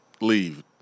leave